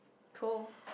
toe